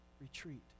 retreat